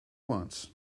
wants